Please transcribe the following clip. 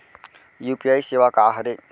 UPI सेवा का हरे?